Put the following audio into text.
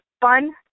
fun